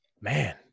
man